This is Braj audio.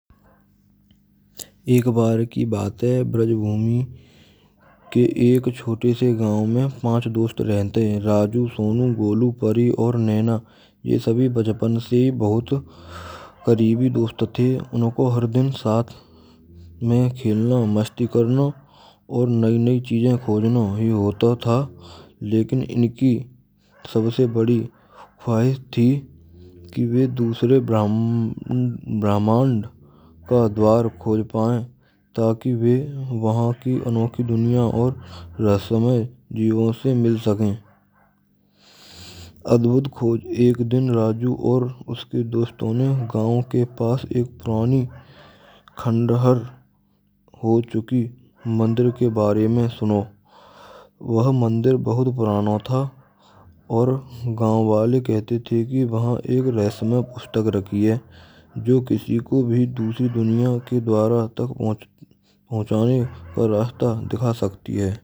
Ek bar ki baat hai brajbhumi chhote se gaon mein panch dost rahte hain Raju, Sonu, Golu, Pari aur Naina yah sabhi bachpan se hi bahut hi karibi dost the. Unko har din sath mein khelna masti karna aur nai nai chijen khojna hui hota tha lekin inki sabse badi khwahish thi ki vah dusre brahmand ka dwar khoj payen. Taki ve vahan ki anokhi duniya aur rahsyamay jeevon se mil sake. Adbhut khoj ek din Raju aur uske dosto ne gav ke pas ek purani khandhar ho chuki mandir ke bare mein suna. Wahan mandir bahut purana tha aur gaon wale kahate the ki vahan ek rahsyama pustak rakhi hai jo kisi ko bhi dusri duniya ke dwara tak pahunch pahunchane ka rasta dikha sakti hai.